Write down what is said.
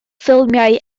ffilmiau